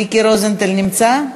מיקי רוזנטל נמצא?